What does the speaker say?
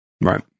Right